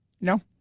no